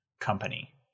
company